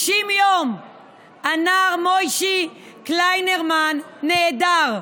90 יום הנער מוישי קליינרמן נעדר.